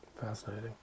Fascinating